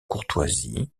courtoisie